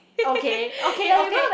okay okay okay